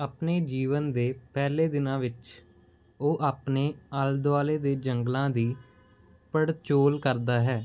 ਆਪਣੇ ਜੀਵਨ ਦੇ ਪਹਿਲੇ ਦਿਨਾਂ ਵਿੱਚ ਉਹ ਆਪਣੇ ਆਲੇ ਦੁਆਲੇ ਦੇ ਜੰਗਲਾਂ ਦੀ ਪੜਚੋਲ ਕਰਦਾ ਹੈ